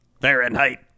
Fahrenheit